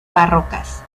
barrocas